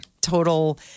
total